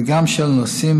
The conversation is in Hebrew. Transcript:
אלא גם של נוסעים,